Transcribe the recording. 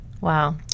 wow